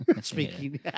speaking